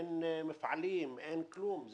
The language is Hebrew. אין מפעלים ואין כלום.